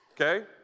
Okay